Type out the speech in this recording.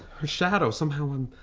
her shadow, somehow i'm